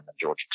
Georgia